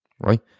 right